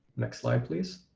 next slide please.